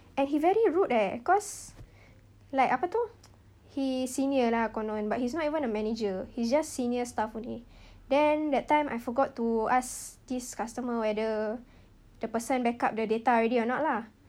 and he very rude eh cause like apa itu he senior lah konon but he's not even a manager he's just senior staff only then that time I forgot to ask this customer whether the person backup the data already or not lah